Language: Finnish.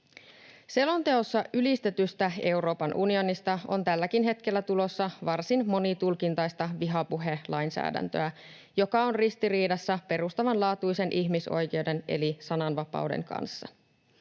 Selonteossa ylistetystä Euroopan unionista on tälläkin hetkellä tulossa varsin monitulkintaista vihapuhelainsäädäntöä, joka on ristiriidassa perustavanlaatuisen ihmisoikeuden eli sananvapauden kanssa.